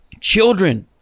children